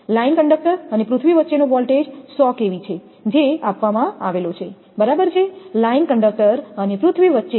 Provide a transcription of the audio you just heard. line conductor અને પૃથ્વી વચ્ચેનો વોલ્ટેજ 100 kV છે જે આપવામાં આવેલો છે બરાબર લાઇન કંડક્ટર અને પૃથ્વીની વચ્ચે